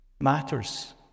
matters